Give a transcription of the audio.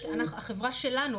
החברה שלנו,